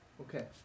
Okay